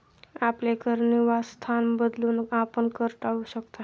आपले कर निवासस्थान बदलून, आपण कर टाळू शकता